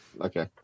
Okay